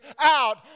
out